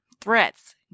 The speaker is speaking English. threats